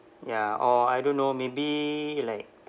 ya or I don't know maybe like